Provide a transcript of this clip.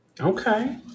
Okay